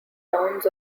towns